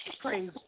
Praise